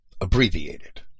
abbreviated